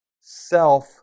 self